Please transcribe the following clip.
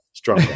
Strong